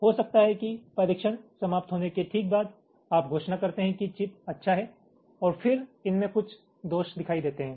हो सकता है कि परीक्षण समाप्त होने के ठीक बाद आप घोषणा करते है कि चिप अच्छा है और फिर इनमें कुछ दोष दिखाई देते हैं